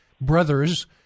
brothers